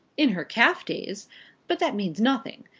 in her calf days but that means nothing.